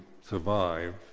survive